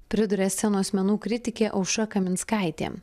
priduria scenos menų kritikė aušra kaminskaitė